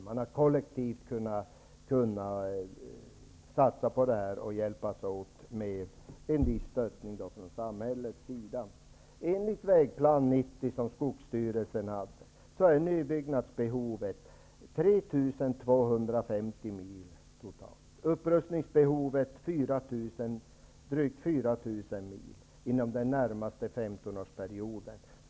Man har kollektivt kunnat satsa på det här, och man har hjälpts åt med en viss stöttning från samhällets sida. Enligt vägplan 90 från skogsstyrelsen är nybyggnadsbehovet 3 250 mil totalt. Upprustningsbehovet är drygt 4 000 mil inom den närmaste femtonårsperioden.